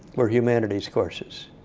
were humanities courses.